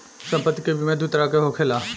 सम्पति के बीमा दू तरह के होखेला